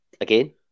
again